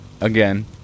Again